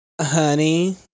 Honey